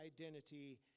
identity